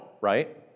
right